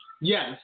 Yes